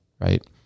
right